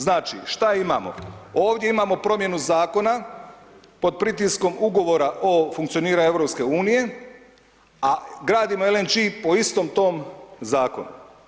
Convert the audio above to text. Znači, šta imamo, ovdje imamo promjenu zakona pod pritiskom ugovora o funkcioniranju EU, a gradimo LNG po istom tom zakonu.